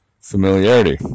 familiarity